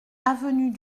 avenue